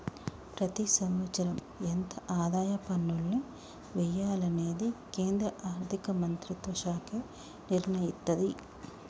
ప్రతి సంవత్సరం ఎంత ఆదాయ పన్నుల్ని వెయ్యాలనేది కేంద్ర ఆర్ధిక మంత్రిత్వ శాఖే నిర్ణయిత్తది